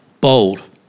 Bold